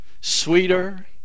sweeter